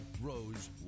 rose